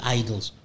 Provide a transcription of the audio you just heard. idols